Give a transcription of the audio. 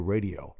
Radio